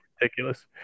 ridiculous